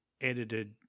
edited